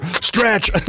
Stretch